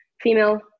female